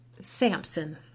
Samson